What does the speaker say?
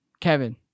Kevin